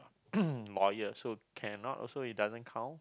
lawyer so cannot also it doesn't count